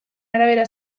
arabera